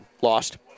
Lost